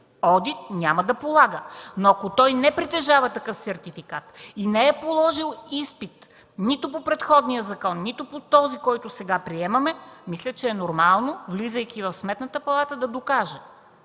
одит, няма да полага. Но ако не притежава такъв сертификат и не е положил изпит нито по предходния закон, нито по този, който сега приемаме, мисля, че е нормално, влизайки в Сметната палата да докаже.